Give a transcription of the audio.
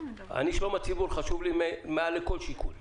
שלום הציבור חשוב לי מעל כל שיקול.